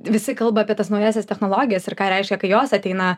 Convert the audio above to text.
visi kalba apie tas naująsias technologijas ir ką reiškia kai jos ateina